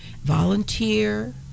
volunteer